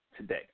today